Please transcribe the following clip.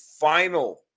final